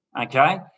okay